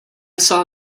saw